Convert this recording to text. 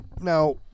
Now